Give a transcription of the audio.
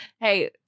Hey